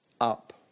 up